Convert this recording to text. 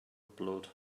blood